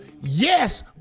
Yes